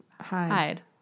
hide